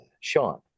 sean